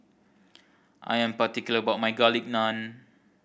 I am particular about my Garlic Naan